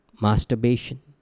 masturbation